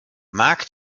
markt